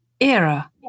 Era